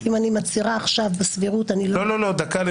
אם אני מצהירה עכשיו, בסבירות אני לא אוכל?